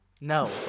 No